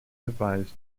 devised